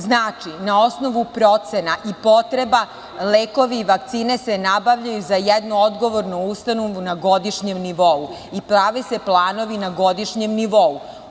Znači, na osnovu procena i potreba lekovi i vakcine se nabavljaju za jednu odgovornu ustanovu na godišnjem nivou i prave se planovi na godišnjem nivou.